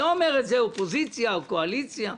לא אופוזיציה או קואליציה,